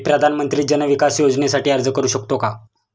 मी प्रधानमंत्री जन विकास योजनेसाठी अर्ज करू शकतो का?